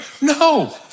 No